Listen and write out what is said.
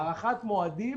הארכת מועדים